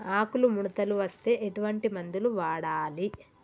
ఆకులు ముడతలు వస్తే ఎటువంటి మందులు వాడాలి?